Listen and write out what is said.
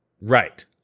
Right